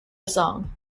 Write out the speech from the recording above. song